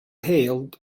hailed